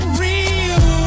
real